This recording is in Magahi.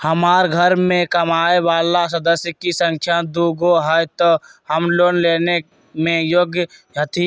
हमार घर मैं कमाए वाला सदस्य की संख्या दुगो हाई त हम लोन लेने में योग्य हती?